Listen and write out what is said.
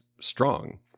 strong